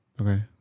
Okay